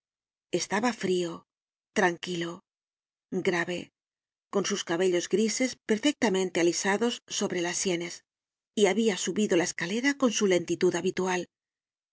estaba frio tranquilo grave con sus cabellos grises perfectamente alisados sobre las sienes y habia subido la escalera con su lentitud habitual